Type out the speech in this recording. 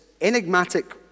enigmatic